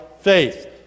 faith